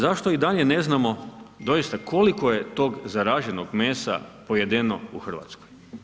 Zašto i dalje ne znamo, doista koliko je tog zaraženog mesa pojedeno u Hrvatskoj?